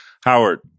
Howard